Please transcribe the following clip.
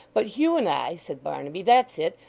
but hugh, and i said barnaby that's it.